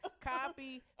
copy